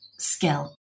skill